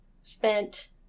spent